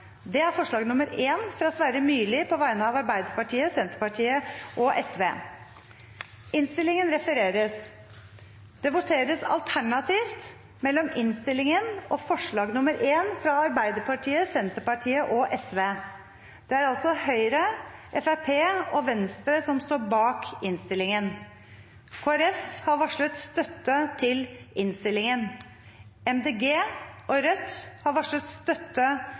frem et forslag på vegne av Arbeiderpartiet, Senterpartiet og Sosialistisk Venstreparti. Forslaget lyder: «Stortinget ber regjeringen stanse arbeidet med konkurranseutsetting av persontransport med tog.» Det voteres alternativt mellom dette forslaget og komiteens innstilling. Det er Høyre, Fremskrittspartiet og Venstre som står bak innstillingen. Kristelig Folkeparti har varslet støtte til innstillingen. Miljøpartiet De Grønne og Rødt har varslet støtte